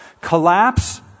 Collapse